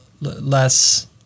less